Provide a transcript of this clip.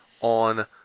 on